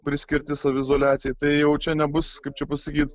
priskirti saviizoliacijai tai jau čia nebus kaip čia pasakyt